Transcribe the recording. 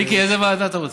מיקי, איזו ועדה אתה רוצה?